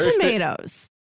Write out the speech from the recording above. tomatoes